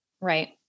Right